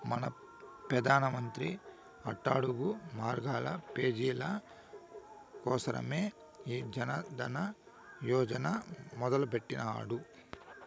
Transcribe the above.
మన పెదానమంత్రి అట్టడుగు వర్గాల పేజీల కోసరమే ఈ జనదన యోజన మొదలెట్టిన్నాడు